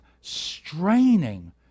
straining